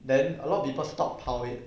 then a lot of people stockpile it